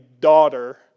daughter